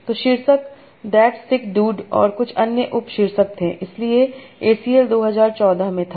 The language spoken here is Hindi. तो शीर्षक दैट्स सिक डूड और कुछ अन्य उप शीर्षक थे इसलिए यह ए सी एल 2014 में था